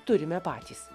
turime patys